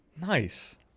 Nice